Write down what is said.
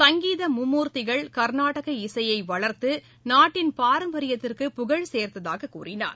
சங்கீத மும்மூர்த்திகள் கர்நாடக இசையை வளர்த்து நாட்டின் பாரம்பரியத்திற்கு புகழ் சேர்த்தாக கூறினார்